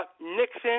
Nixon